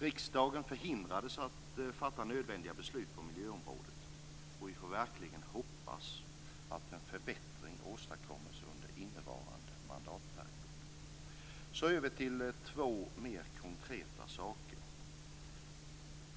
Riksdagen förhindrades att fatta nödvändiga beslut på miljöområdet, och vi får verkligen hoppas att en förbättring åstadkommes under innevarande mandatperiod. Så över till två mer konkreta saker.